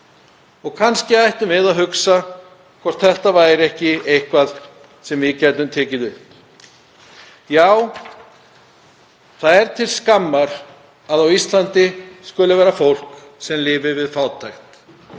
fá. Kannski ættum við að hugsa hvort þetta væri ekki eitthvað sem við gætum tekið upp. Já, það er til skammar að á Íslandi skuli vera fólk sem lifir við fátækt.